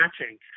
matching